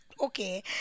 Okay